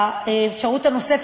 האפשרות הנוספת,